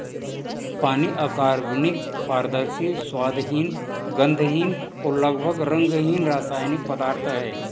पानी अकार्बनिक, पारदर्शी, स्वादहीन, गंधहीन और लगभग रंगहीन रासायनिक पदार्थ है